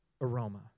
aroma